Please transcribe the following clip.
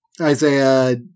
Isaiah